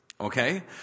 okay